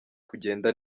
kugenda